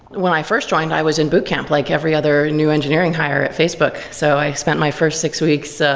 when i first joined, i was in boot camp like every other new engineering hire at facebook. so i spent my first six weeks ah